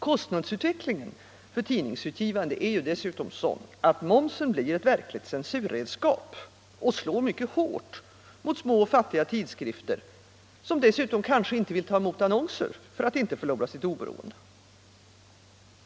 Kostnadsutvecklingen för tidningsutgivande är dessutom sådan att momsen blir ett verkligt censurredskap och slår mycket hårt mot små och fattiga tidskrifter, som dessutom kanske inte vill ta emot annonser för att inte förlora sitt oberoende.